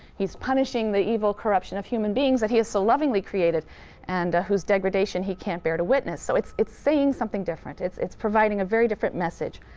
he's punishing the evil corruption of human beings that he has so lovingly created and whose degradation he can't bear to witness. so it's it's saying something different. it's it's providing a very different message.